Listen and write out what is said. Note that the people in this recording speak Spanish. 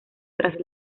tras